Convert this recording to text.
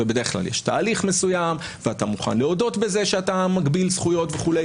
ובדרך כלל יש תהליך מסוים ואתה מוכן להודות בזה שאתה מגביל זכויות וכו',